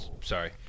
sorry